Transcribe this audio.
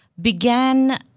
Began